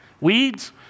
Weeds